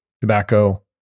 tobacco